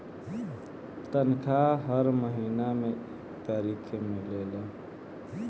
तनखाह हर महीना में एक तारीख के मिलेला